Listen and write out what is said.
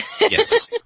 Yes